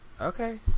Okay